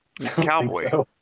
Cowboy